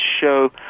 show